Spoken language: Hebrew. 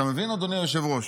אתה מבין, אדוני היושב-ראש?